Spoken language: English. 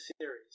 series